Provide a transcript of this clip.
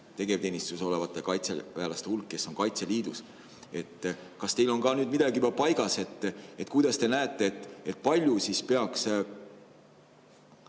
tegevteenistuses olevate kaitseväelaste hulk, kes on Kaitseliidus. Kas teil on midagi juba paigas, kuidas te näete, kui palju siis peaks